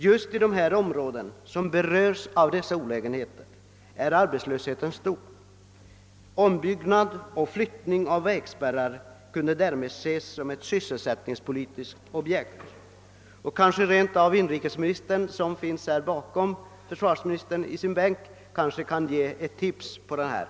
Just i de områden som berörs av dessa olägenheter är arbetslösheten stor. Ombyggnad och flyttning av vägspärrar kan därför ses som ett sysselsättningspolitiskt objekt. Kanske rent av inrikesministern, som finns här i sin bänk bakom försvarsministern, kan ge ett tips på den punkten?